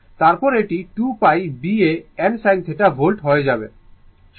তারপর এটি 2 π B a n sin θ volt হয়ে যাবে